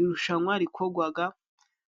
Irushanywa rikorwaga